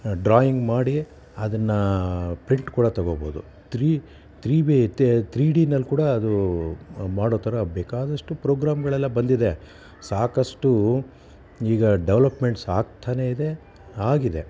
drawing ಮಾಡಿ ಅದನ್ನು print ಕೂಡ ತಗೋಬೋದು ಥ್ರೀ ಥ್ರೀ ವೇ ತ್ ಥ್ರೀ ಡಿನಲ್ಲಿ ಕೂಡ ಅದೂ ಮಾಡೋ ಥರ ಬೇಕಾದಷ್ಟು ಪ್ರೋಗ್ರಾಮ್ಗಳೆಲ್ಲ ಬಂದಿದೆ ಸಾಕಷ್ಟು ಈಗ ಡೆವ್ಲಪ್ಮೆಂಟ್ಸ್ ಆಗ್ತಾನೇ ಇದೆ ಆಗಿದೆ